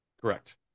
Correct